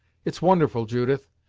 it's wonderful, judith,